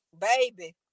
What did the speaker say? baby